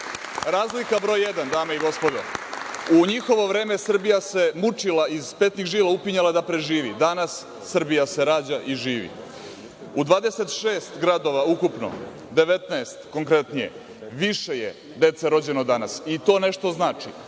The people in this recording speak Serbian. Razlika broj jedan, dame i gospodo, u njihovo vreme Srbija se mučila i iz petnih žila upinjala da preživi, danas Srbija se rađa i živi. U 26 gradova ukupno, 19 konkretnije, više je dece rođeno danas i to nešto znači.